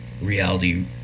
reality